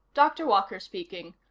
dr. walker speaking.